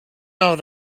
out